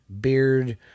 beard